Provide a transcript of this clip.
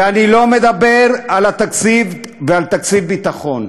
ואני לא מדבר על התקציב בתקציב הביטחון.